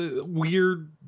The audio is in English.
weird